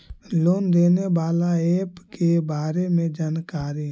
Loan देने बाला app के बारे मे जानकारी?